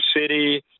city